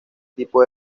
tipo